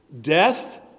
Death